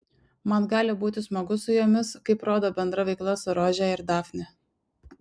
man gali būti smagu su jomis kaip rodo bendra veikla su rože ir dafne